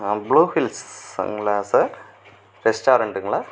புளுஹில்ஸுங்களா sir ரெஸ்டாரண்டுங்களா